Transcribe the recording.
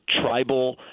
tribal –